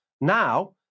now